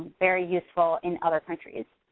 very useful in other countries.